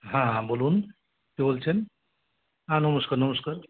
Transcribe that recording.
হ্যাঁ হ্যাঁ বলুন কে বলছেন হ্যাঁ নমস্কার নমস্কার